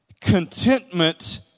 Contentment